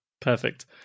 Perfect